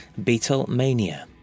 Beatlemania